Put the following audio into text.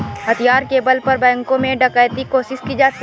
हथियार के बल पर बैंकों में डकैती कोशिश की जाती है